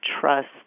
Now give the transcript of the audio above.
trust